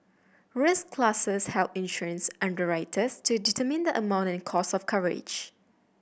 risk classes help insurance underwriters to determine the amount and cost of coverage